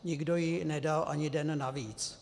Nikdo jí nedal ani den navíc.